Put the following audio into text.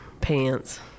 pants